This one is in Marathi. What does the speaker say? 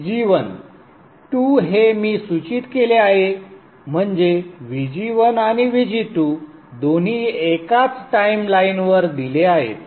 Vg1 2 हे मी सूचित केले आहे म्हणजे Vg1 आणि Vg2 दोन्ही एकाच टाइम लाईनवर दिले आहेत